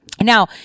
Now